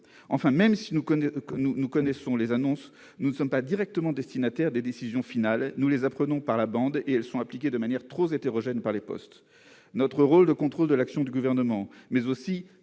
Enfin, même si nous avons connaissance des annonces, nous ne sommes pas directement destinataires des décisions finales. Nous les apprenons « par la bande », et elles sont appliquées de manière très hétérogène par les postes. Du fait de notre rôle de contrôle de l'action du Gouvernement, mais aussi